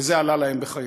וזה עלה להם בחייהם.